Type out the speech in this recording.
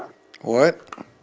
what